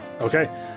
Okay